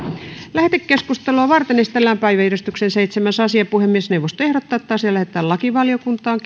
lähetekeskustelua varten esitellään päiväjärjestyksen seitsemäs asia puhemiesneuvosto ehdottaa että asia lähetetään lakivaliokuntaan